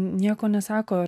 nieko nesako